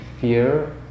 fear